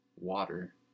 water